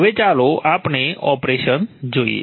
હવે ચાલો આપણે ઓપરેશન જોઈએ